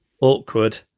awkward